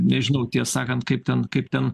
nežinau tiesą sakant kaip ten kaip ten